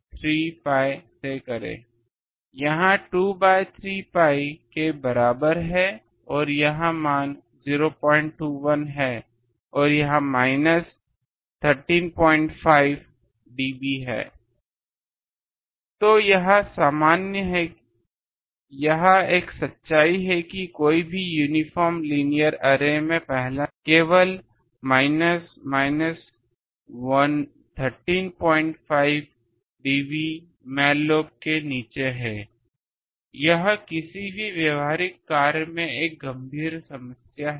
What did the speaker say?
यह 2 by 3 pi के बराबर है और यह मान तो यह सामान्य है यह एक सच्चाई है कि कोई भी यूनिफ़ॉर्म लीनियर अरे में पहला साइड लोब केवल माइनस 135 dB मैन लोब के नीचे है यह किसी भी व्यावहारिक कार्य में एक गंभीर समस्या है